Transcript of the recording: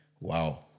Wow